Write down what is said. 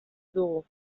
dugu